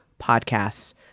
podcasts